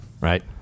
right